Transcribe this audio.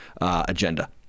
agenda